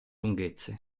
lunghezze